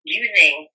using